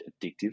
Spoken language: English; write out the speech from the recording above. addictive